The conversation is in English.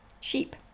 sheep